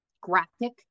graphic